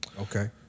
Okay